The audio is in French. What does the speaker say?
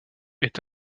est